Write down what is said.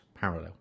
parallel